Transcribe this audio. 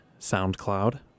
SoundCloud